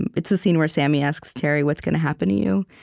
and it's the scene where sammy asks terry, what's gonna happen to you?